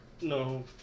No